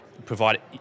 Provide